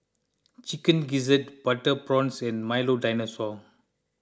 Chicken Gizzard Butter Prawns and Milo Dinosaur